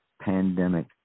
pandemic